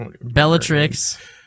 Bellatrix